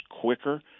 quicker